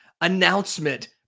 announcement